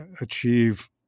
achieve